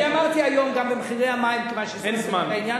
בסדר, אני אמרתי היום גם במחירי המים, אין זמן.